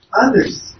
others